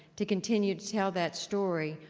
to continue to tell that story,